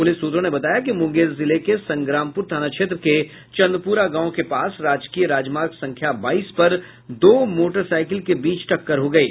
police सूत्रों ने बताया कि मुंगेर जिले के संग्रामपूर थाना क्षेत्र के चंदपूरा गांव के पास राजकीय राजमार्ग संख्या बाईस पर दो मोटरसाईकिल के बीच टक्कर हो गयी